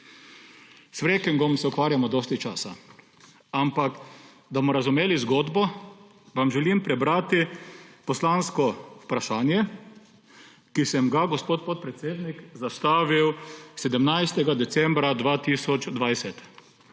S frackingom se ukvarjamo dosti časa, ampak da bomo razumeli zgodbo, vam želim prebrati poslansko vprašanje, ki sem ga, gospod podpredsednik, zastavil 17. decembra 2020;